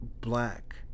black